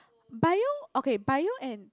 bio ok bio and